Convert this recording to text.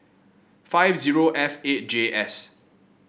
five zero F eight J S